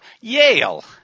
Yale